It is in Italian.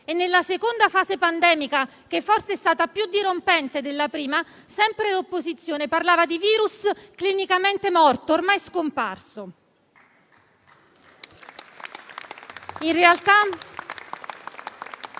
Nella seconda fase pandemica - che forse è stata più dirompente della prima - sempre l'opposizione parlava di un virus clinicamente morto, ormai scomparso.